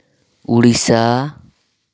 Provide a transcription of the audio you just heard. Odisha